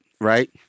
Right